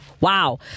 Wow